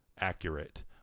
accurate